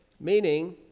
meaning